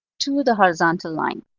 to the horizontal line.